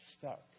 stuck